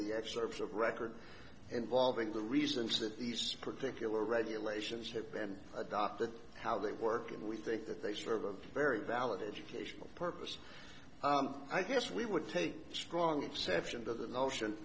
the excerpts of record involving the reasons that these particular regulations have been adopted how they work and we think that they serve a very valid educational purpose i guess we would take strong exception to the notion